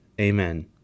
Amen